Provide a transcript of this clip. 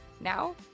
now